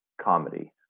comedy